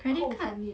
credit card